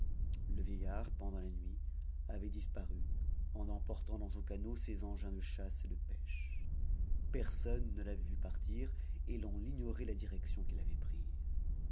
le vieillard pendant la nuit avait disparu en emportant dans son canot ses engins de chasse et de pêche personne ne l'avait vu partir et l'on ignorait la direction qu'il avait prise